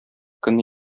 көнне